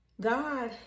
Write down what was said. God